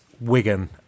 Wigan